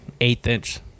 eighth-inch